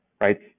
right